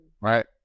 right